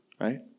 right